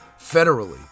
Federally